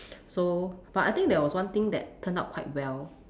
so but I think there was one thing that turned out quite well